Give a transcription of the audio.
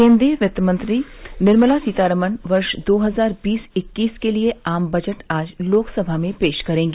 केन्द्रीय वित्त मंत्री निर्मला सीतारमन वर्ष दो हजार बीस इक्कीस के लिए आम बजट आज लोकसभा में पेश करेंगी